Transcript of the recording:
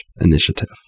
Initiative